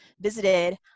visited